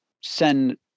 send